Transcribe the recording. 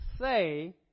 say